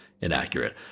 inaccurate